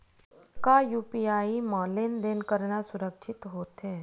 का यू.पी.आई म लेन देन करना सुरक्षित होथे?